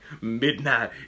midnight